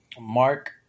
Mark